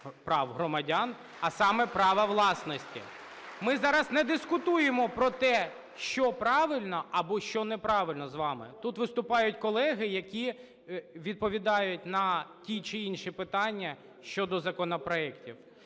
прав громадян, а саме права власності. Ми зараз не дискутуємо про те, що правильно або що неправильно, з вами, тут виступають колеги, які відповідають на ті чи інші питання щодо законопроектів.